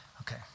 Okay